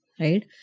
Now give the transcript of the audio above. right